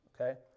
Okay